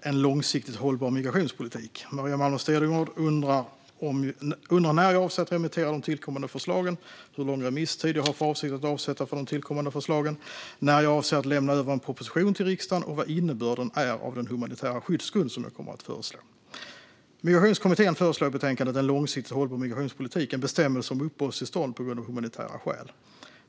En långsiktigt hållbar migrationspolitik . Maria Malmer Stenergard undrar när jag avser att remittera de tillkommande förslagen, hur lång remisstid jag har för avsikt att avsätta för de tillkommande förslagen, när jag avser att lämna över en proposition till riksdagen och vad innebörden är av den humanitära skyddsgrund som jag kommer att föreslå. Migrationskommittén föreslår i betänkandet En långsiktigt hållbar migrationspolitik en bestämmelse om uppehållstillstånd på grund av humanitära skäl.